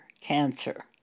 cancer